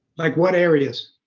like what areas?